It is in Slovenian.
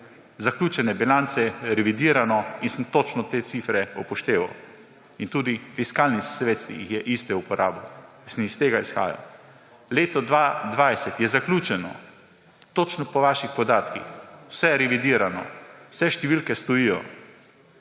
Zaključene bilance, revidirano in sem točno te cifre upošteval in tudi Fiskalni svet je iste uporabil, sem iz tega izhajal. Leto 2020 je zaključeno. Točno po vaših podatkih, vse je revidirano, vse številke stojijo.